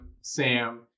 Sam